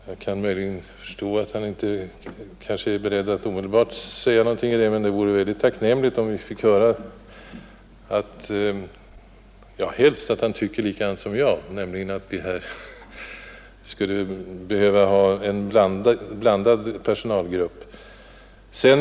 Jag kan möjligen förstå att han inte är beredd att omedelbart säga någonting beträffande detta, men jag skulle gärna vilja höra hans uppfattning, och helst skulle jag naturligtvis se att han tycker likadant som jag, nämligen att vi skulle behöva ha en blandad personalgrupp i ambulanstjänsten.